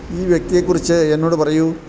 ഈ വ്യക്തിയെക്കുറിച്ച് എന്നോട് പറയൂ